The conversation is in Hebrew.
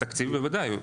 התקציב, בוודאי.